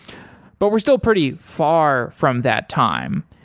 but we're still pretty far from that time.